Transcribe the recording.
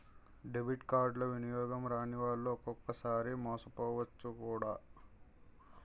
debit కార్డులు వినియోగం రానివాళ్లు ఒక్కొక్కసారి మోసపోవచ్చు కూడా